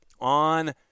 on